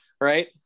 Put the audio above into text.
Right